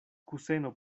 kuseno